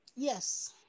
Yes